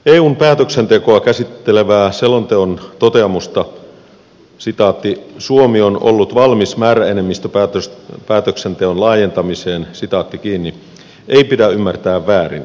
eun päätöksentekoa käsittelevää selonteon toteamusta suomi on ollut valmis määräenemmistöpäätöksenteon laajentamiseen ei pidä ymmärtää väärin